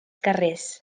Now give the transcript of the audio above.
carrers